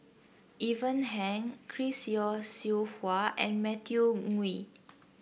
Ivan Heng Chris Yeo Siew Hua and Matthew Ngui